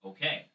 Okay